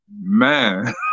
Man